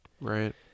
Right